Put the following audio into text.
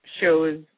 shows